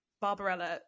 Barbarella